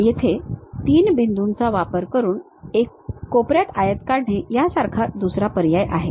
येथे 3 बिंदूंचा वापर करून कोपऱ्यात आयत काढणे या सारखा दुसरा पर्याय आहे